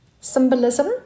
symbolism